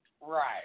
Right